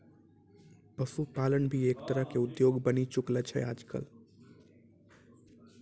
पशुपालन भी एक तरह के उद्योग बनी चुकलो छै आजकल